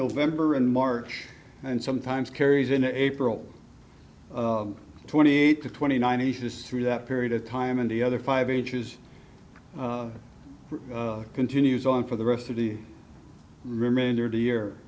november and march and sometimes carries in april twenty eight to twenty nine inches through that period of time and the other five inches continues on for the rest of the remainder of the year